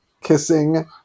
kissing